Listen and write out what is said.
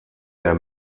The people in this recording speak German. der